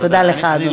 תודה לך, אדוני.